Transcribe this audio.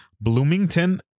bloomington